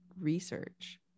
research